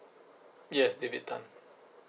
yes david tan